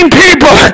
people